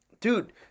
dude